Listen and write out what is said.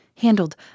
Handled